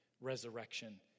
resurrection